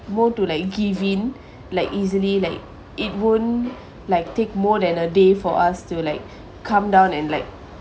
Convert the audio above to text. more to like give in like easily like it won't like take more than a day for us to like calm down and like